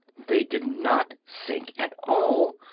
they did not sink at all,